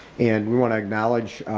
and we wanna acknowledge